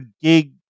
gig